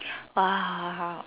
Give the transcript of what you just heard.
!wah!